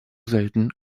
selten